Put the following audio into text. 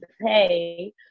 pay